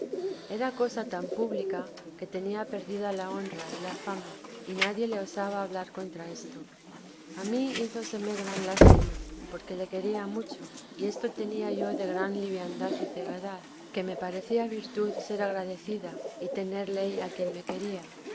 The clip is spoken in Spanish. era cosa tan pública que tenía perdida la honra y la fama y nadie le osaba hablar contra esto a mí hízoseme gran lástima porque le quería mucho que esto tenía yo de gran liviandad y ceguedad que me parecía virtud ser agradecida y tener ley a quien me quería